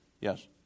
Yes